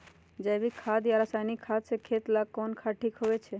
जैविक खाद और रासायनिक खाद में खेत ला कौन खाद ठीक होवैछे?